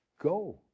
Go